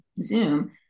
Zoom